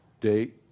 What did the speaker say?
date